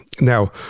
Now